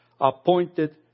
appointed